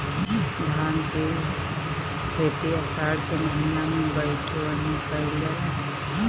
धान के खेती आषाढ़ के महीना में बइठुअनी कइल जाला?